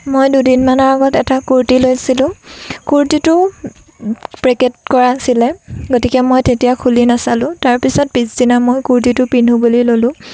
মই দুদিনমানৰ আগত এটা কুৰ্তি লৈছিলোঁ কুৰ্তিটো পেকেট কৰা আছিলে গতিকে মই তেতিয়া খুলি নাচালোঁ তাৰপিছত পিছদিনা মই কুৰ্তিটো পিন্ধো বুলি ললোঁ